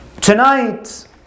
Tonight